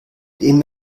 dem